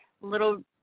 little